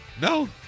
No